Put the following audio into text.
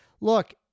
Look